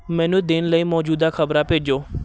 ਮੈਨੂੰ ਦਿਨ ਲਈ ਮੌਜੂਦਾ ਖਬਰਾਂ ਭੇਜੋ